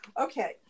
Okay